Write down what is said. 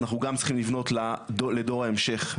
אנחנו גם צריכים לבנות לדור ההמשך,